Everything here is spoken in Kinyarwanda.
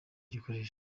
gikoresha